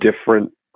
different